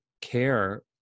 care